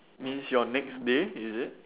means your next day is it